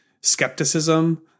skepticism